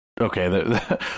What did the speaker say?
Okay